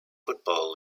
football